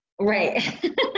Right